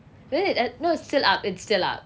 but then it no it's still up it's still up